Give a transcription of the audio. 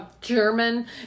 German